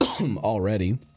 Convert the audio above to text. already